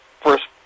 first